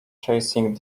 chasing